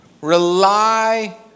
Rely